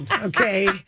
Okay